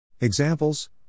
Examples